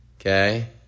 okay